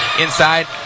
inside